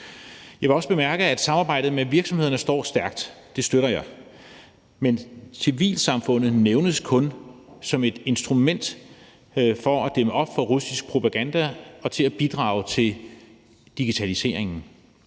Jeg vil også bemærke, at samarbejdet med virksomhederne står stærkt. Det støtter jeg. Men civilsamfundet nævnes kun som et instrument for at dæmme op for russisk propaganda og til at bidrage til digitaliseringen,